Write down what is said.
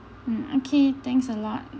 mm okay thanks a lot